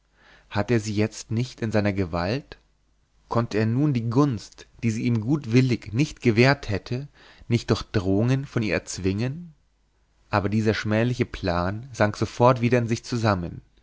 hatte er sie jetzt nicht in seiner gewalt konnte er nun die gunst die sie ihm gutwillig nicht gewährt hätte nicht durch drohungen von ihr erzwingen aber dieser schmähliche plan sank sofort wieder in sich zusammen